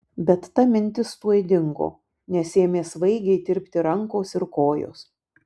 bet ta mintis tuoj dingo nes ėmė svaigiai tirpti rankos ir kojos